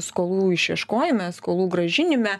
skolų išieškojime skolų grąžinime